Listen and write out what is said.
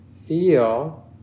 feel